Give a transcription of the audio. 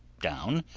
down,